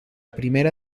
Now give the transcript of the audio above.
primera